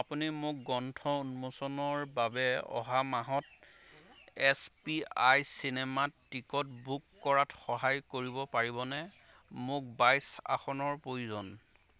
আপুনি মোক গ্ৰন্থ উন্মোচনৰ বাবে অহা মাহত এছ পি আই চিনেমাত টিকট বুক কৰাত সহায় কৰিব পাৰিবনে মোক বাইছ আসনৰ প্ৰয়োজন